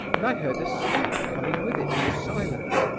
and i heard a step coming with it in the silence.